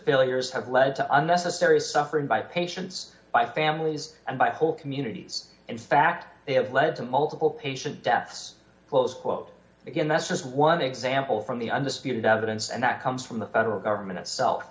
failures have led to unnecessary suffering by patients by families and by whole communities in fact they have led to multiple patient deaths close quote again that's just one example from the undisputed out of events and that comes from the federal government itself